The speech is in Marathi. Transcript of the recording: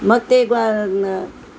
मग ते